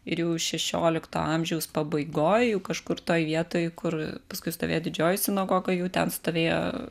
ir jau šešiolikto amžiaus pabaigoj jau kažkur toj vietoj kur paskui stovėjo didžioji sinagoga jau ten stovėjo